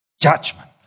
judgment